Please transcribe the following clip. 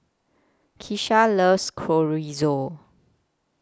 Keisha loves Chorizo